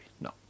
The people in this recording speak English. No